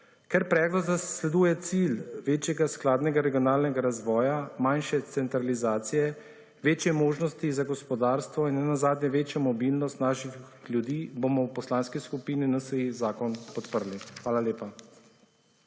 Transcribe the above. Ker predlog zasleduje cilj večjega skladnega regionalnega razvoja, manjše centralizacije, večje možnosti za gospodarstvo in nenazadnje večjo mobilnost naših ljudi, bomo v Poslanski skupini NSi zakon podprli. Hvala lepa.